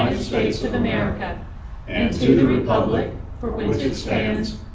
states of america and to the republic for which it stands.